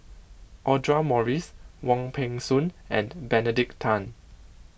Audra Morrice Wong Peng Soon and Benedict Tan